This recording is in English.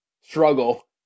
struggle